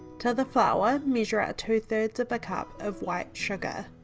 to the flour measure out two thirds of a cup of white sugar.